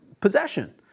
possession